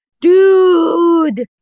dude